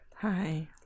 Hi